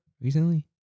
recently